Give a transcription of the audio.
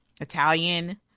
Italian